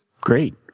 Great